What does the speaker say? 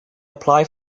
apply